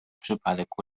przypadek